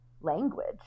language